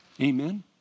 Amen